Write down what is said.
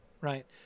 right